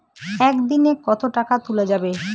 একদিন এ কতো টাকা তুলা যাবে?